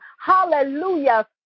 hallelujah